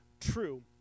true